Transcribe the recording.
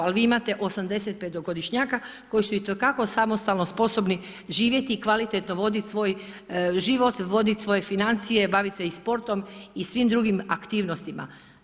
Ali vi imate 85-njaka koji su itekako samostalno sposobni živjeti i kvalitetno voditi svoj život, voditi svoje financije, bavit se i sortom i svim drugim aktivnostima.